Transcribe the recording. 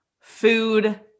food